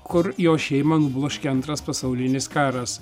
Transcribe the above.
kur jo šeimą nubloškė antras pasaulinis karas